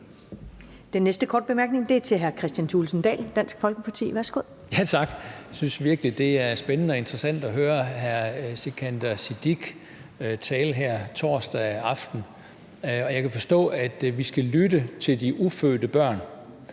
Den næste korte bemærkning er til hr. Kristian Thulesen Dahl, Dansk Folkeparti. Værsgo. Kl. 21:34 Kristian Thulesen Dahl (DF): Tak. Jeg synes virkelig, det er spændende og interessant at høre hr. Sikandar Siddique tale her torsdag aften. Jeg kan forstå, at vi skal lytte til de ufødte børn,